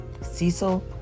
Cecil